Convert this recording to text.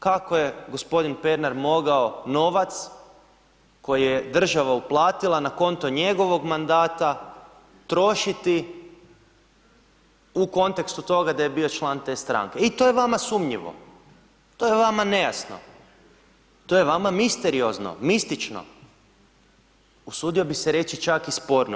Kako je gospodin Pernar mogao novac koji je država uplatila na konto njegovog mandata, trošiti u kontekstu toga da je bio član te stranke, i to je vama sumnjivo, to je vama nejasno, to je vama misteriozno, mistično, usudio bih se reći čak i sporno.